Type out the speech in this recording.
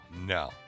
No